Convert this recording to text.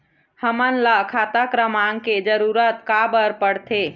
हमन ला खाता क्रमांक के जरूरत का बर पड़थे?